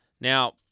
Now